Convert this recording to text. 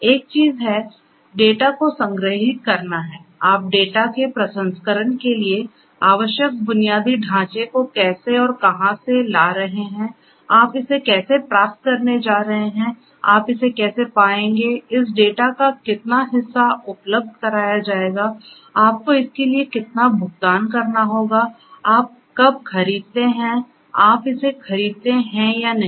एक चीज है डेटा को संग्रहीत करना है आप डेटा के प्रसंस्करण के लिए आवश्यक बुनियादी ढांचे को कैसे और कहां से ला रहे हैं आप इसे कैसे प्राप्त करने जा रहे हैं आप इसे कैसे पाएंगे इस डेटा का कितना हिस्सा उपलब्ध कराया जाएगा आपको इसके लिए कितना भुगतान करना होगा आप कब खरीदते हैंआप इसे खरीदते हैं या नहीं